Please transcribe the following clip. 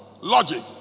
logic